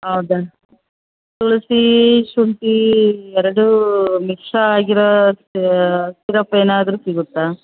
ಹೌದಾ ತುಳಸಿ ಶುಂಠಿ ಎರಡೂ ಮಿಕ್ಶ್ ಆಗಿರೋ ಸಿರಪ್ ಏನಾದರೂ ಸಿಗುತ್ತಾ